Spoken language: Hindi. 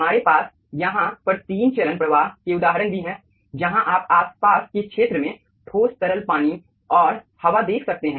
हमारे पास यहाँ पर तीन चरण प्रवाह के उदाहरण भी हैं जहाँ आप आसपास के क्षेत्र में ठोस तरल पानी और हवा देख सकते हैं